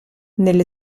nelle